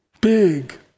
Big